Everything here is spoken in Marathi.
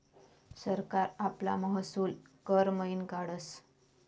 सरकार आपला महसूल कर मयीन काढस